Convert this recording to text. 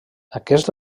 aquest